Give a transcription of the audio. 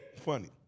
funny